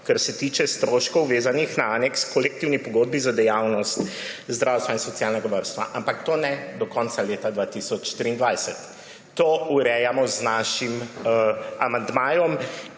kar se tiče stroškov, vezanih na aneks h kolektivni pogodbi za dejavnost zdravstva in socialnega varstva. Ampak to ne do konca leta 2023. To urejamo z našim amandmajem